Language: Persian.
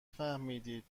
فهمیدی